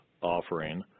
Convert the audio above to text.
offering